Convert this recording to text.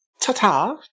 Ta-ta